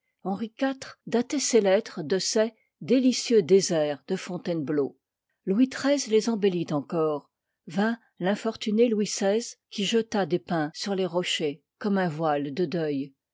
henri iv datoit ses lettres de ses délicieux déserts de fonigo îv part tainebleau louis xiii les embellit encore liv j yint l'infortuné louis xvi qui jeta des pins sur les rochers comme un voile de deuil